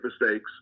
mistakes